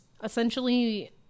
Essentially